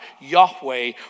Yahweh